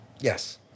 Yes